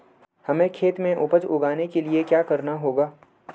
हमें खेत में उपज उगाने के लिये क्या करना होगा?